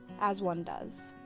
as one does.